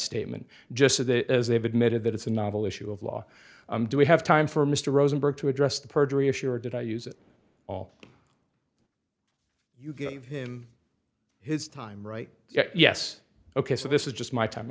statement just so that as they've admitted that it's a novel issue of law do we have time for mr rosenberg to address the perjury issue or did i use it all you gave him his time right yes yes ok so this is just my time